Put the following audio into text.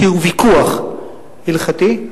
כי הוא ויכוח הלכתי,